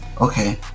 Okay